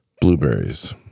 Blueberries